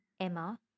Emma